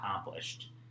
accomplished